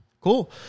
Cool